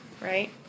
right